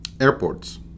airports